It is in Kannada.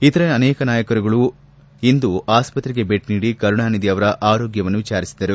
ಇತರೆ ಅನೇಕ ನಾಯಕರುಗಳು ಇಂದ ಆಸ್ಪತ್ರೆಗೆ ಭೇಟಿ ನೀಡಿ ಕರುಣಾನಿಧಿ ಅವರ ಆರೋಗ್ಣವನ್ನು ವಿಚಾರಿಸಿದರು